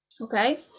Okay